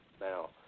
Now